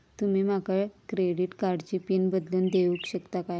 तुमी माका क्रेडिट कार्डची पिन बदलून देऊक शकता काय?